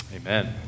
Amen